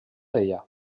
d’ella